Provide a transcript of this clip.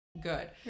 good